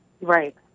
Right